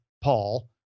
Paul